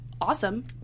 Awesome